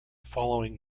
following